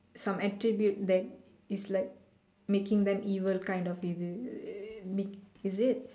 some attribute that is like making them evil kind of இது:ithu is it